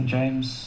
James